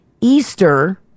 Easter